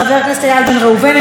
חבר הכנסת איל בן ראובן,